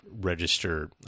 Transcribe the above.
register